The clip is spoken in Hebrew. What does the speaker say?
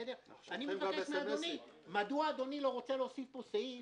אני מבקש מאדוני מדוע אדוני לא רוצה להוסיף פה סעיף